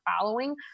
following